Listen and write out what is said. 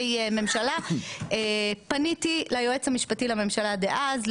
ממשלה פניתי ליועץ המשפטי לממשלה דאז,